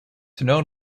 known